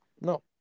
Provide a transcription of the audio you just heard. No